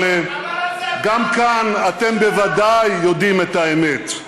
אבל גם כאן אתם בוודאי יודעים את האמת,